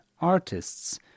artists